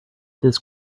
this